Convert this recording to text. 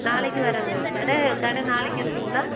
நாளைக்கு வரேங்க கடை கடை நாளைக்கு இருக்குங்களா